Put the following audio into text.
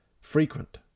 frequent